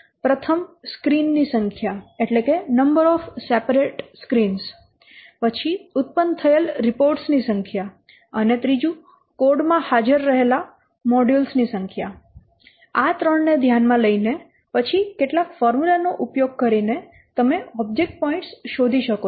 પ્રથમ સ્ક્રીનની સંખ્યા પછી ઉત્પન્ન થયેલ રિપોર્ટ્સ ની સંખ્યા અને કોડ માં હાજર રહેલા મોડ્યુલ્સ ની સંખ્યા આ ત્રણને ધ્યાનમાં લઈને પછી કેટલાક ફોર્મ્યુલા નો ઉપયોગ કરીને તમે ઓબ્જેક્ટ પોઇન્ટ્સ શોધી શકો છો